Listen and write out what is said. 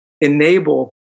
enable